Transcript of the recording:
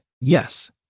Yes